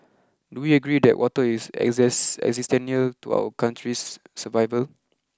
do we agree that water is exists existential to our country's survival